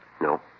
No